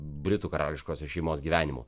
britų karališkosios šeimos gyvenimu